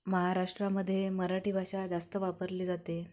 महाराष्ट्रामध्ये मराठी भाषा जास्त वापरली जाते